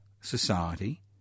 society